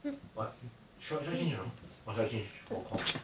but should should I change or not or should I change for com